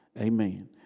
Amen